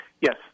Yes